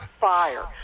fire